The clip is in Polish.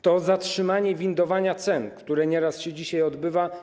To zatrzymanie windowania cen, które nieraz się dzisiaj odbywa.